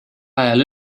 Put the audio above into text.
ajal